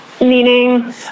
meaning